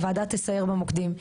הוועדה תסייר במוקדים.